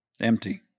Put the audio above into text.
empty